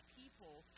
people